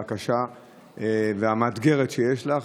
הקשה והמאתגרת שיש לך.